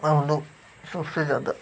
हम लोग सबसे ज़्यादा